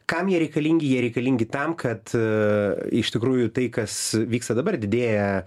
kam jie reikalingi jei reikalingi tam kad iš tikrųjų tai kas vyksta dabar didėja